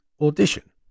Audition